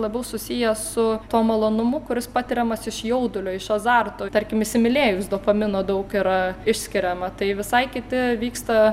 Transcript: labiau susijęs su tuo malonumu kuris patiriamas iš jaudulio iš azarto tarkim įsimylėjus dopamino daug yra išskiriama tai visai kiti vyksta